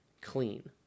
clean